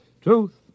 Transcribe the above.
Truth